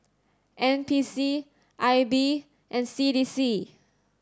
N P C I B and C D C